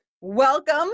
welcome